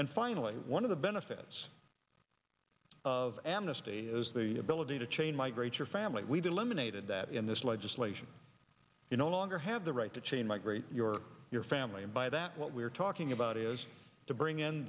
and finally one of the benefits of amnesty is the ability to change migrate your family we did eliminated that in this legislation you no longer have the right to change migrate your your family and by that what we are talking about is to bring in